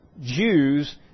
Jews